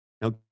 Now